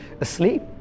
asleep